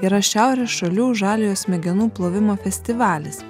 yra šiaurės šalių žaliojo smegenų plovimo festivalis